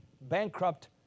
bankrupt